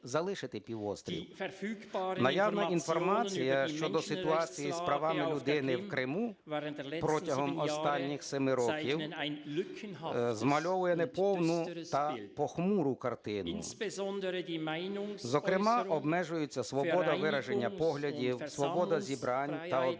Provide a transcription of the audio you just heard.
Наявна інформація щодо ситуації з правами людини в Криму протягом останніх семи років змальовує неповну та похмуру картину, зокрема обмежується свобода вираження поглядів, свобода зібрань та об'єднань,